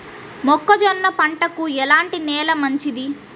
మొక్క జొన్న పంటకు ఎలాంటి నేల మంచిది?